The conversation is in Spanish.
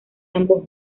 ambos